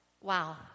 Wow